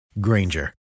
Granger